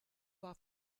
war